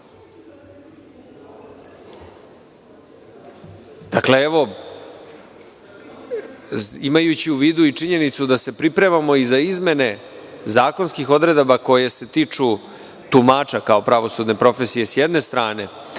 živi. Imajući u vidu i činjenicu da se pripremamo i za izmene zakonskih odredaba koje se tiču tumača, kao pravosudne profesije s jedne strane,